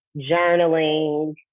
journaling